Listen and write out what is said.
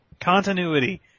continuity